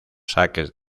saques